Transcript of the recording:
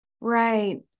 right